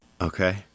Okay